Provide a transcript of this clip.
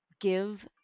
give